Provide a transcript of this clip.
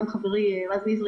כמו שאמר גם חברי רז נזרי,